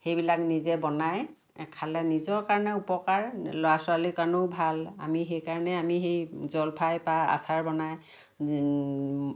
সেইবিলাক নিজে বনাই খালে নিজৰ কাৰণেও উপকাৰ ল'ৰা ছোৱালীৰ কাৰণেও ভাল আমি সেইকাৰণে আমি সেই জলফাই বা আচাৰ বনাই